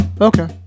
okay